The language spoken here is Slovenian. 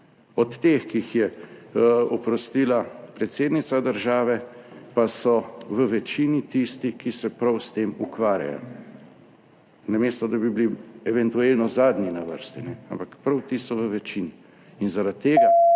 od teh, ki jih je oprostila predsednica države, pa so v večini tisti, ki se prav s tem ukvarjajo, namesto, da bi bili eventualno zadnji na vrsti, ampak prav ti so v večini in zaradi tega